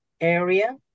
area